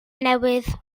newydd